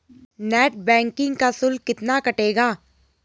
Net banking का शुल्क कितना कटेगा?